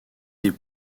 des